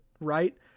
right